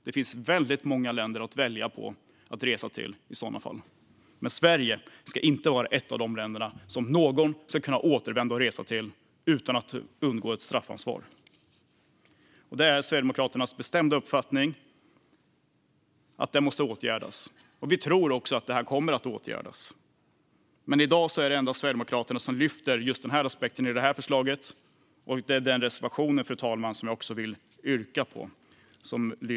Det finns väldigt många länder att välja på och resa till i så fall. Men Sverige ska inte vara ett av de länder som någon ska kunna återvända till och undgå straffansvar. Det är Sverigedemokraternas bestämda uppfattning att det här måste åtgärdas, och vi tror också att det kommer att åtgärdas. Men i dag är det endast Sverigedemokraterna som lyfter just den här aspekten i förslaget. Det är den reservation, fru talman, som jag också vill yrka bifall till.